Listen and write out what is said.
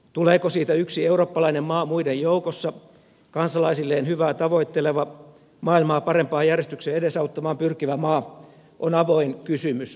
tuleeko siitä yksi eurooppalainen maa muiden joukossa kansalaisilleen hyvää tavoitteleva maailmaa parempaan järjestykseen edesauttamaan pyrkivä maa on avoin kysymys